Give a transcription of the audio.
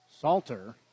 Salter